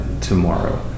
tomorrow